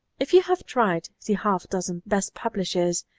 if you have tried the half-dozen best publishers,